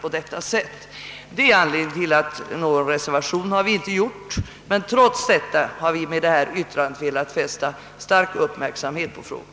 Av dessa skäl har vi inte avgivit någon reservation, men trots det har vi med vårt yttrande velat fästa uppmärksamhet på frågan.